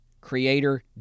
Creator